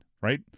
right